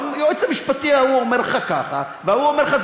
והיועץ המשפטי ההוא אומר לך ככה וההוא אומר לך: